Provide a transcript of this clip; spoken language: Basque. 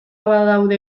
badaude